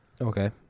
Okay